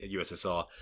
USSR